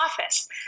office